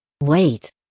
Wait